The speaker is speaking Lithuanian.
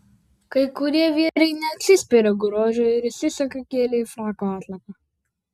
kai kurie vyrai neatsispiria grožiui ir įsisega gėlę į frako atlapą